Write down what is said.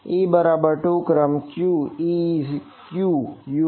e બરાબર 2 ક્રમ ક્યુ e ક્યુ Us